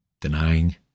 denying